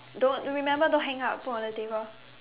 don't remember don't hang up put on the table